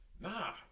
nah